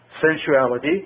sensuality